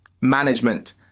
management